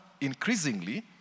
increasingly